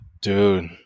dude